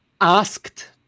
asked